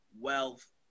wealth